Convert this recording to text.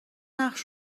نقش